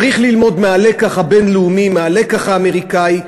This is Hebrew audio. צריך ללמוד מהלקח הבין-לאומי, מהלקח האמריקני.